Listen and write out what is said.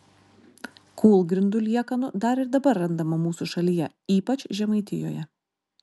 kūlgrindų liekanų dar ir dabar randama mūsų šalyje ypač žemaitijoje